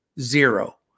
zero